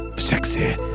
sexy